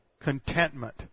contentment